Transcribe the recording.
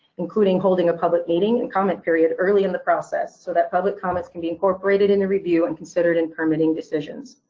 including holding a public meeting and comment period early in the process so that public comments can be incorporated in the review and considered in permitting decisions.